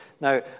Now